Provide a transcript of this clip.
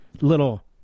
little